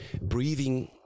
breathing